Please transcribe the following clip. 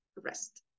rest